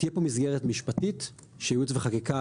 תהיה פה מסגרת משפטית של ייעוץ וחקיקה